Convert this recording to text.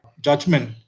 judgment